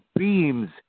Beams